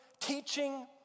teaching